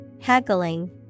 Haggling